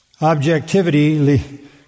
Objectivity